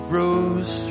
rose